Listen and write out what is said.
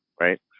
Right